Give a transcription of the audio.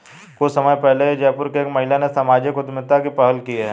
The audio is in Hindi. कुछ समय पहले ही जयपुर की एक महिला ने सामाजिक उद्यमिता की पहल की है